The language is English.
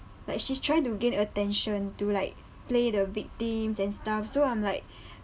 like she's trying to gain attention to like play the victims and stuff so I'm like